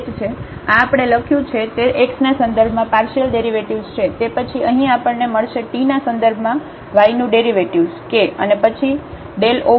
તેથી આ h છે આ આપણે લખ્યું છે તે X ના સંદર્ભમાં પાર્શિયલડેરિવેટિવ્ઝ છે તે પછી અહીં આપણને મળશે t ના સંદર્ભમાં y નું ડેરિવેટિવ્ઝ k અને પછી ∇ ઓવર